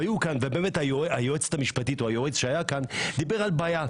ובאמת היועצת המשפטית שהיה כאן דיבר על בעיה,